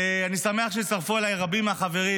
ואני שמח שהצטרפו אליי רבים מהחברים,